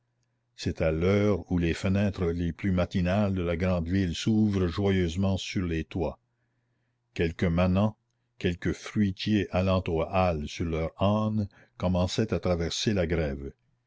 c'était l'heure où les fenêtres les plus matinales de la grande ville s'ouvrent joyeusement sur les toits quelques manants quelques fruitiers allant aux halles sur leur âne commençaient à traverser la grève